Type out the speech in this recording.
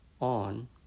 on